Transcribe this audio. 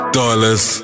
dollars